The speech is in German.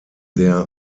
der